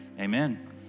amen